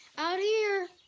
out here.